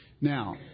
Now